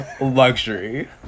Luxury